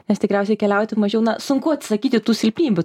nes tikriausiai keliauti mažiau na sunku atsisakyti tų silpnybių